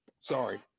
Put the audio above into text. Sorry